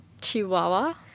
Chihuahua